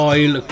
Oil